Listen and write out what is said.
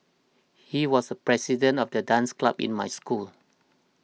he was the president of the dance club in my school